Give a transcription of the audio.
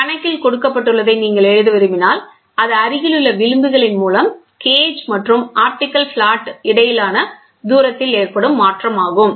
கணக்கில் கொடுக்கப்பட்டுள்ளதை நீங்கள் எழுத விரும்பினால் அது அருகிலுள்ள விளிம்புகளின் மூலம் கேஜ் மற்றும் ஆப்டிகல் பிளாட் இடையிலான தூரத்தில் ஏற்படும் மாற்றம் ஆகும்